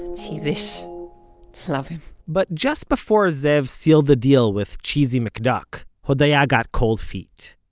cheezish love him but just before zev sealed the deal with cheesy mcduck hodaya got cold feet.